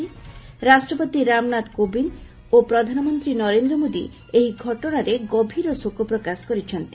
ରାଷ୍ଟ୍ରପତି ରାମନାଥ କୋବିନ୍ଦ ଓ ପ୍ରଧାନମନ୍ତ୍ରୀ ନରେନ୍ଦ୍ର ମୋଦି ଏହି ଘଟଣାରେ ଗଭୀର ଶୋକ ପ୍ରକାଶ କରିଛନ୍ତି